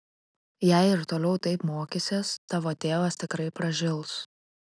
jei ir toliau taip mokysies tavo tėvas tikrai pražils